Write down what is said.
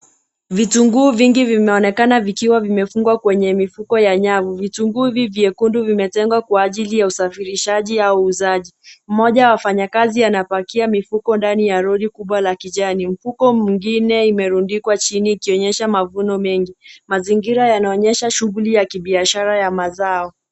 Vitunguu vingi vinaonekana vikiwa vimefungwa kwenye mifuko ya nyavu. Vitunguu hivi vyekundu vimejengwa kwa ajili ya usafirishaji au uuzaji. Mmoja wa wafanyikazi anapakia mifuko ndani ya lori kubwa la kijani. Mifuko mingine imerundikwa chini ikionyesha mavuno mengi. Mazingira yanaonyesha shughuli ya kibiashara ya mazao.